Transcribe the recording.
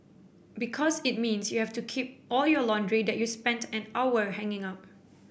because it means you have to keep all your laundry that you spent an hour hanging up